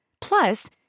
Plus